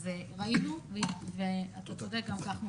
אז ראינו, ואתה צודק, גם כך מופיע.